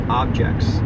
objects